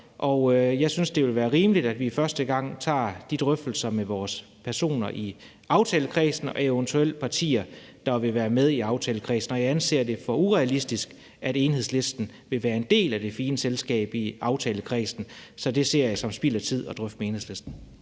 og jeg synes, det vil være rimeligt, at vi første gang tager de drøftelser med vores personer i aftalekredsen og med eventuelle partier, der vil være med i aftalekredsen. Jeg anser det for urealistisk, at Enhedslisten vil være en del af det fine selskab i aftalekredsen, så det ser jeg som spild af tid at drøfte med Enhedslisten.